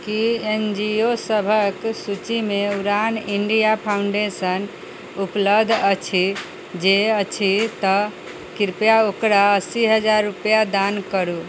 की N G O सबके सूचीमे Udaan India foundation उपलब्ध अछि जे अछि तऽ कृपया ओकरा अस्सी हजार रुपैआ दान करू